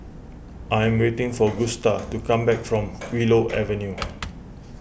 I am waiting for Gusta to come back from Willow Avenue